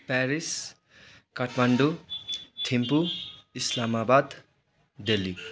Paris Kathmandu Thimphu Islamabad Delhi